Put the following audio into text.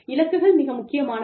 இலக்குகள் மிக முக்கியமானவை